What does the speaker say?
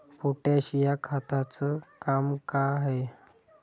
Potash या खताचं काम का हाय?